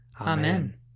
Amen